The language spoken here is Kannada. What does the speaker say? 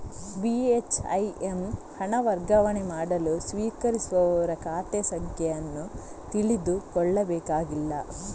ಬಿ.ಹೆಚ್.ಐ.ಎಮ್ ಹಣ ವರ್ಗಾವಣೆ ಮಾಡಲು ಸ್ವೀಕರಿಸುವವರ ಖಾತೆ ಸಂಖ್ಯೆ ಅನ್ನು ತಿಳಿದುಕೊಳ್ಳಬೇಕಾಗಿಲ್ಲ